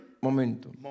momento